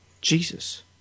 Jesus